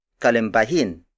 kalimbahin